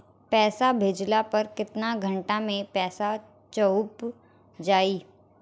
पैसा भेजला पर केतना घंटा मे पैसा चहुंप जाई?